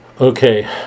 Okay